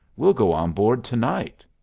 we'll go on board to-night!